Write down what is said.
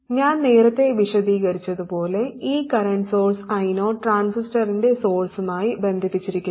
ഞാൻ നേരത്തെ വിശദീകരിച്ചതുപോലെ ഈ കറന്റ് സോഴ്സ് I0 ട്രാൻസിസ്റ്ററിന്റെ സോഴ്സുമായി ബന്ധിപ്പിച്ചിരിക്കുന്നു